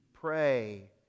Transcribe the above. Pray